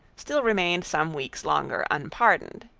still remained some weeks longer unpardoned.